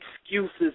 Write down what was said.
excuses